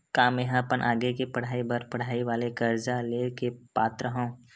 का मेंहा अपन आगे के पढई बर पढई वाले कर्जा ले के पात्र हव?